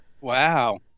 Wow